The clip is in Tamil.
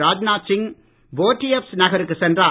ராஜ்நாத் சிங் போர்டியப்ஸ் நகருக்குச் சென்றார்